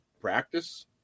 practice